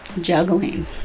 Juggling